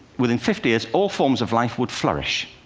within fifty years, all forms of life would flourish.